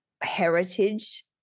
heritage